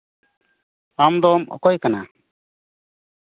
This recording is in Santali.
ᱟᱢ ᱫᱚᱢ ᱚᱠᱚᱭ ᱠᱟᱱᱟ